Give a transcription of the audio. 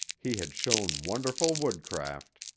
he had shown wonderful woodcraft.